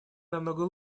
намного